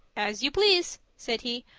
as you please said he,